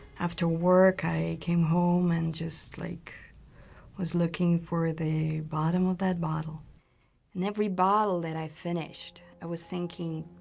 after work i came home and just like was looking for the bottom of that bottle and every bottle that i finished i was sinking?